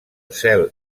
cel